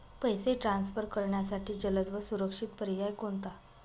पैसे ट्रान्सफर करण्यासाठी जलद व सुरक्षित पर्याय कोणता?